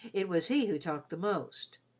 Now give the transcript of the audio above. it was he who talked the most.